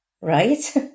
Right